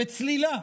בצלילה,